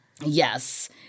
Yes